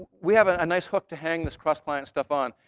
we have a nice hook to hang this cross-client stuff on.